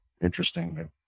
interesting